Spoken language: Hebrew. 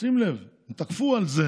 שים לב, הם תקפו על זה